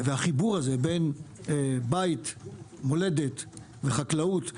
והחיבור הזה בין בית, מולדת וחקלאות הם,